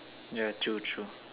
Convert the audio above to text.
ya true true